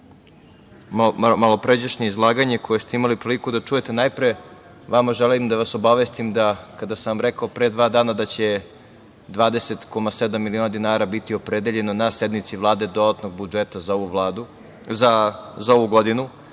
malopređašnje izlaganje koje ste imali priliku da čujete. Najpre, vama želim da vas obavestim da kada sam vam rekao pre dva dana da će 20,7 miliona dinara biti opredeljeno na sednici Vlade dodatnog budžeta za ovu godinu